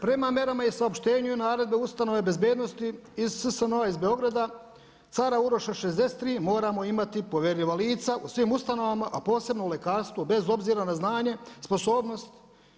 Prema merama i saopštenju i naredbe ustanove bezbednosti iz SSNO-a iz Beograda, Cara Uroša 63. moramo imati poverljiva lica u svim ustanovama, a posebno u lekarstvu bez obzira na znanje, sposobnost.